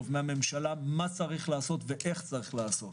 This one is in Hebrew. מהממשלה מה צריך לעשות ואיך צריך לעשות.